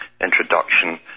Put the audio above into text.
introduction